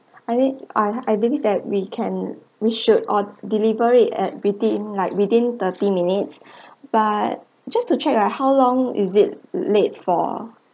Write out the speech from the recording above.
I mean I I believe that we can we should or~ deliver it at between in like within thirty minutes but just to check ah how long is it late for